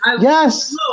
Yes